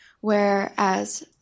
Whereas